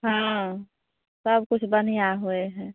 हँ सबकिछु बढ़िआँ होइ हइ